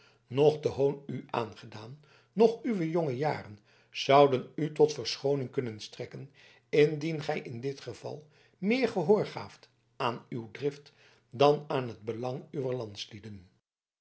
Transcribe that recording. noch de hoon u aangedaan noch uwe jonge jaren zouden u tot verschooning kunnen strekken indien gij in dit geval meer gehoor gaaft aan uw drift dan aan het belang uwer